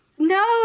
No